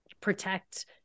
protect